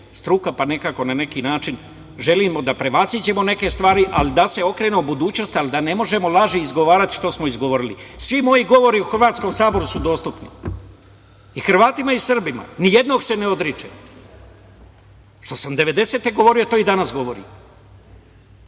struka, pa na neki način želimo da prevaziđemo neke stvari, ali da se okrenemo budućnosti, i da ne možemo laži izgovarati što smo izgovorili. Svi moji govori u Hrvatskom saboru su dostupni i Hrvatima i Srbima, nijednog se ne odričem, što sam devedesete godine govorio,